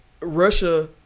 Russia